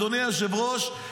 אדוני היושב-ראש,